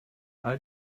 all